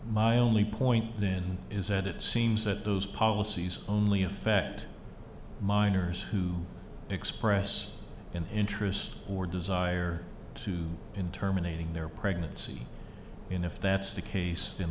my only point is that it seems that those policies only affect minors who express an interest or desire to in terminating their pregnancy and if that's the case